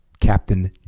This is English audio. Captain